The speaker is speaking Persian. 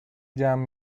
جمع